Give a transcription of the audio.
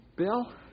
Bill